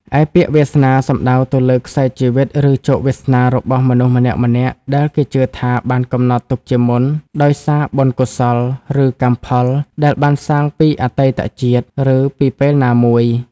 ឯពាក្យ វាសនា សំដៅទៅលើខ្សែជីវិត ឬជោគវាសនារបស់មនុស្សម្នាក់ៗ ដែលគេជឿថាបានកំណត់ទុកជាមុន ដោយសារបុណ្យកុសល ឬកម្មផលដែលបានសាងពីអតីតជាតិ ឬពីពេលណាមួយ។